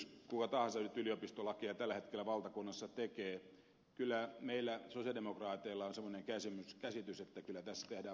kuka tahansa nyt yliopistolakia tällä hetkellä valtakunnassa tekee meillä sosialidemokraateilla on semmoinen käsitys että kyllä tässä tehdään politiikkaa